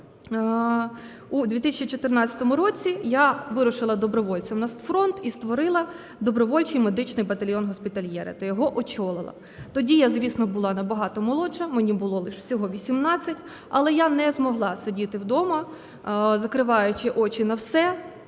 У 2014 році я вирушила добровольцем на фронт і створила добровольчий медичний батальйон "Госпітальєри" та його очолила. Тоді я, звісно, була набагато молодша, мені було всього лиш 18, але я не змогла сидіти вдома, закриваючи очі на все.